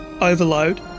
Overload